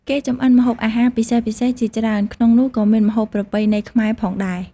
គេចម្អិនម្ហូបអាហារពិសេសៗជាច្រើន ក្នុងនោះក៏មានម្ហូបប្រពៃណីខ្មែរផងដែរ។